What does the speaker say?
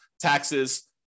taxes